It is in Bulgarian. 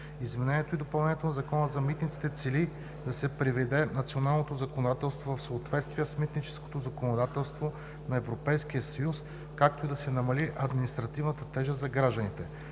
Изменението и допълнението на Закона за митниците цели да се приведе националното законодателство в съответствие с митническото законодателство на Европейския съюз, както и да се намали административната тежест за гражданите.